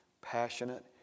passionate